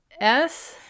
S-